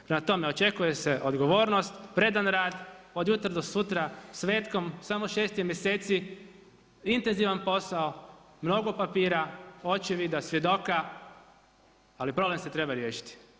Prema tome, očekuje se odgovornost, predan rad od jutra do sutra, svetkom, samo 6 mjeseci intenzivan posao, mnogo papira očevida svjedoka, ali problem se treba riješiti.